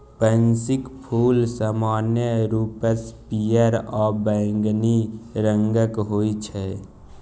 पैंसीक फूल समान्य रूपसँ पियर आ बैंगनी रंगक होइत छै